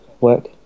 work